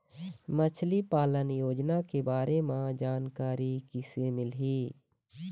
मछली पालन योजना के बारे म जानकारी किसे मिलही?